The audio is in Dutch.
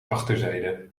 achterzijde